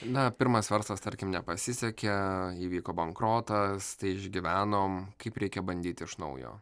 na pirmas verslas tarkim nepasisekė įvyko bankrotas tai išgyvenom kaip reikia bandyt iš naujo